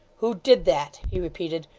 who did that he repeated.